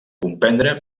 comprendre